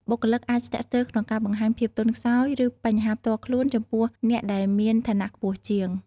បុគ្គលិកអាចស្ទាក់ស្ទើរក្នុងការបង្ហាញភាពទន់ខ្សោយ ឬបញ្ហាផ្ទាល់ខ្លួនចំពោះអ្នកដែលមានឋានៈខ្ពស់ជាង។